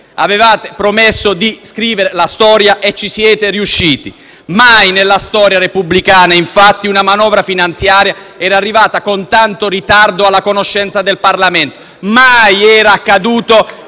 Avevate promesso di scrivere la storia e ci siete riusciti: mai nella storia repubblicana, infatti, una manovra finanziaria era arrivata con tanto ritardo alla conoscenza del Parlamento. Mai era accaduto